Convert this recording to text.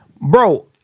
bro